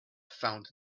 found